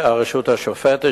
הרשות השופטת,